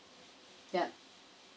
yup